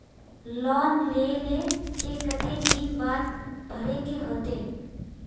Loan लेल के केते दिन बाद भरे के होते?